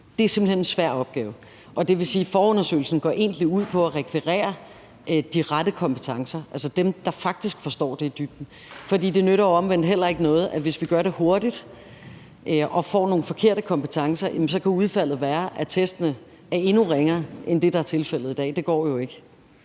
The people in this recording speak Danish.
teste, er simpelt hen en svær opgave. Det vil sige, at forundersøgelsen egentlig går ud på at rekvirere de rette kompetencer, altså dem, der faktisk forstår det i dybden. For det nytter jo omvendt heller ikke noget, hvis vi gør det hurtigt og får nogle forkerte kompetencer, for så kan udfaldet være, at testene er endnu ringere end det, er tilfældet i dag. Det går jo ikke.